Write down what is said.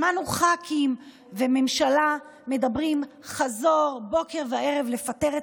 שמענו ח"כים וממשלה אומרים בוקר וערב לפטר את